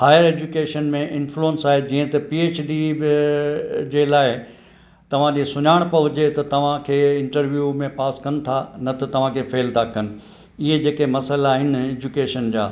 higher education में influence आहे जीअं त पीएचडी बि जे लाइ तव्हांजी सुञाणप हुजे त तव्हांखे इंटरव्यू में पास कनि था न त तव्हांखे फेल था कनि इहे जेके मसल आहिनि एजुकेशन जा